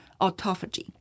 autophagy